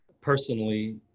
personally